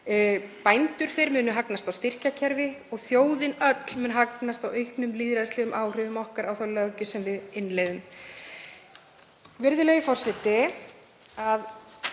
Bændur munu hagnast á styrkjakerfi og þjóðin öll mun hagnast á auknum lýðræðislegum áhrifum okkar á þá löggjöf sem við innleiðum.